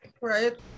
Right